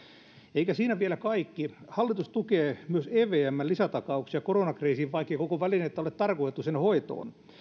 eikä siinä vielä kaikki hallitus tukee myös evmn lisätakauksia koronakriisiin vaikkei koko välinettä ole tarkoitettu sen hoitoon